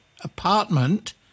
apartment